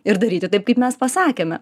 ir daryti taip kaip mes pasakėme